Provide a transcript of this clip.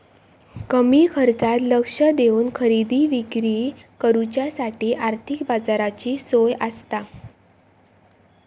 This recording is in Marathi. कमी खर्चात लक्ष देवन खरेदी विक्री करुच्यासाठी आर्थिक बाजाराची सोय आसता